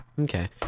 Okay